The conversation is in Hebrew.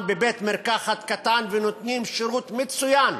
בבית-מרקחת קטן ונותנים שירות מצוין